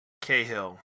cahill